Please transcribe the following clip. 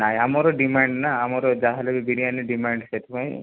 ନାଇଁ ଆମର ଡିମାଣ୍ଡ ନା ଆମର ଯାହା ହେଲେ ବି ବିରିୟାନୀ ଡିମାଣ୍ଡ ସେଥିପାଇଁ